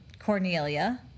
Cornelia